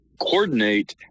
coordinate